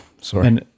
sorry